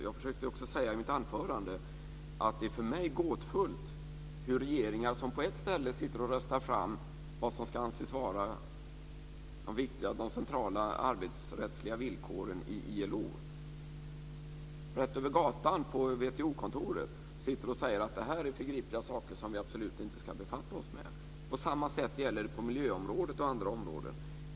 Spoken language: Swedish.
Jag sade också i mitt anförande att det är för mig gåtfullt hur regeringar som på ett ställe sitter och röstar fram vad som ska anses vara de centrala arbetsrättsliga villkoren i ILO rakt över gatan, på ILO kontoret, sitter och säger att det här är förgripliga saker som vi absolut inte ska befatta oss med. På samma sätt är det på miljöområdet och andra områden.